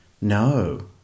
no